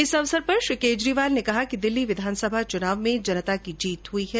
इस अवसर पर श्री केजरीवाल ने कहा कि दिल्ली विधानसभा चुनाव में जनता की जीत हई है